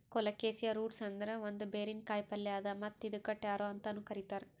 colocasia roots ಅಂದುರ್ ಒಂದ್ ಬೇರಿನ ಕಾಯಿಪಲ್ಯ್ ಅದಾ ಮತ್ತ್ ಇದುಕ್ ಟ್ಯಾರೋ ಅಂತನು ಕರಿತಾರ್